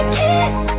kiss